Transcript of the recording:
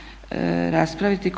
Hvala vam